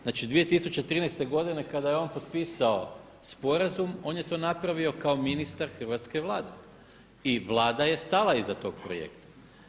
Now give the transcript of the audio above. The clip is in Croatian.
Znači 2013. godine kada je on potpisao sporazum on je to napravio kao ministar Hrvatske vlade i Vlada je stala iza tog projekta.